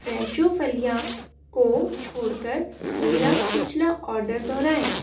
Fresho फलियाँ को छोड़ कर मेरा पिछला आर्डर दोहराएँ